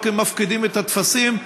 רק מפקידים את הטפסים,